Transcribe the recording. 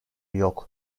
yok